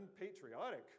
unpatriotic